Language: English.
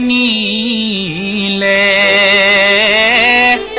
ea a